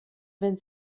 wenn